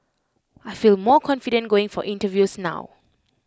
I feel more confident going for interviews now